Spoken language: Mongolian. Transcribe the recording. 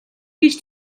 гэж